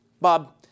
Bob